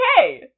Okay